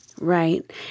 Right